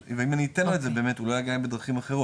ואם אני אתן לו את זה באמת הוא לא יגיע בדרכים אחרות.